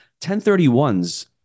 1031s